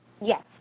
Yes